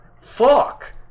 fuck